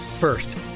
First